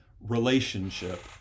relationship